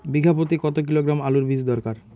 বিঘা প্রতি কত কিলোগ্রাম আলুর বীজ দরকার?